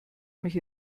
mich